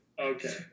Okay